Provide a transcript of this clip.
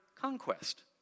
conquest